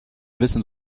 wissen